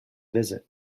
visit